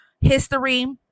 history